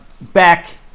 back